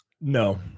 No